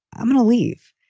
i'm going to leave.